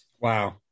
Wow